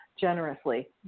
generously